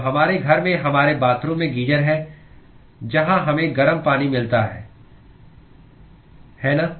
तो हमारे घर में हमारे बाथरूम में गीजर हैं जहां हमें गर्म पानी मिलता है है ना